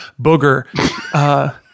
Booger